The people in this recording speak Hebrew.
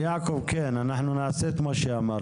יעקב, כן, אנחנו נעשה את מה שאמרת.